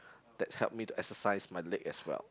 that help me to exercise my leg as well